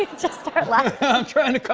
just start laughing. i'm and